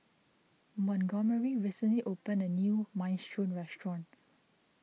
Montgomery recently opened a new Minestrone restaurant